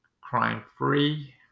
crime-free